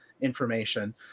information